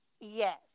Yes